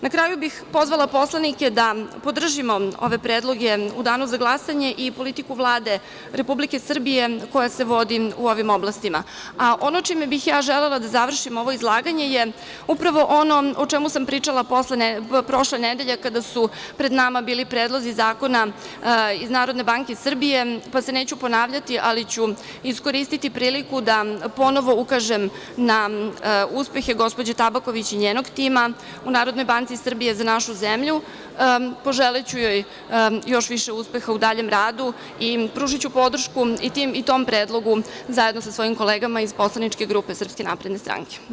Na kraju bih pozvala poslanike da podržimo ove predloge u danu za glasanje i politiku Vlade Republike Srbije koji se vodi u ovim oblastima, a ono čime bih ja želela da završim ovo izlaganje je upravo ono o čemu sam pričala prošle nedelje kada su pred nama bili predlozi zakona iz NBS, pa se neću ponavljati, ali ću iskoristiti priliku da ponovo ukažem na uspehe gospođe Tabaković i njenog tima u NBS za našu zemlju, poželeću joj još više uspeha u daljem radu i pruži ću podršku i tom predlogu zajedno sa svojim kolegama iz poslaničke grupe SNS.